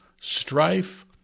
strife